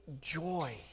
joy